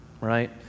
right